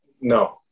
No